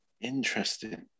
Interesting